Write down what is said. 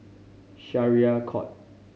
Syariah Court